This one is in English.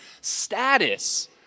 Status